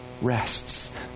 rests